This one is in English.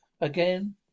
again